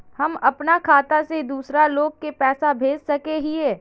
हम अपना खाता से दूसरा लोग के पैसा भेज सके हिये?